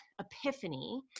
epiphany